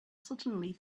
suddenly